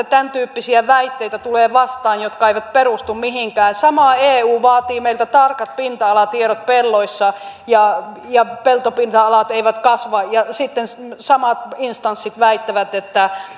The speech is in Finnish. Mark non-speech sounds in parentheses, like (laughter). (unintelligible) tämäntyyppisiä väitteitä jotka eivät perustu mihinkään sama eu vaatii meiltä tarkat pinta alatiedot pelloissa ja ja peltopinta alat eivät kasva ja sitten sitten samat instanssit väittävät että